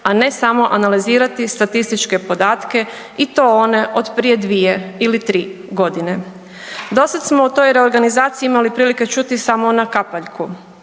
a ne samo analizirati statističke podatke i to one od prije 2 ili 3 godine. Dosada smo o toj reorganizaciji imali prilike čuti samo na kapaljku,